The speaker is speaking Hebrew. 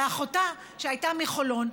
ואחותה שהייתה מחולון,